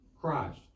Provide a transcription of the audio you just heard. Christ